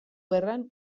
gerran